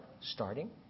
starting